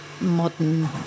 modern